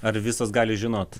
ar visos gali žinot